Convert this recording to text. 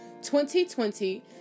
2020